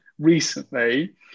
Recently